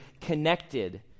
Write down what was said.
connected